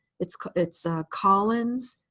it's it's collins,